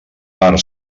per